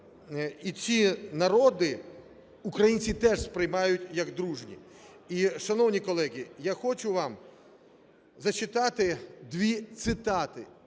І ці народи українців теж сприймають як дружні. І, шановні колеги, я хочу вам зачитати дві цитати